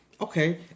Okay